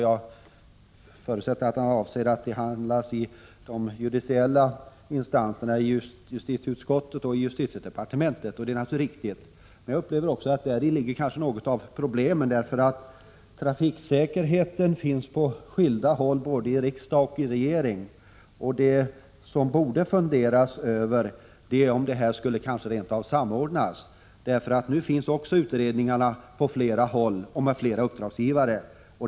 Jag förutsätter att han avser att de skall behandlas i de judiciella instanserna, i justitieutskottet och justitiedepartementet. Det är naturligtvis riktigt. Men jag upplever också att något av problemet kanske ligger däri, för trafiksäkerhetsfrågorna behandlas på skilda håll både i riksdagen och i regeringen. Det vi borde fundera över är om inte dessa frågor rent av skulle samordnas. Nu finns nämligen utredningarna på flera håll och med flera uppdragsgivare.